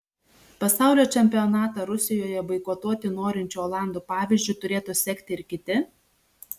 pasaulio čempionatą rusijoje boikotuoti norinčių olandų pavyzdžiu turėtų sekti ir kiti